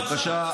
בבקשה.